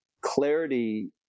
clarity